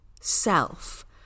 self